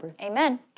amen